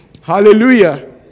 hallelujah